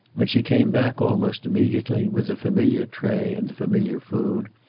when she came back almost immediately, with the familiar tray and the familiar food,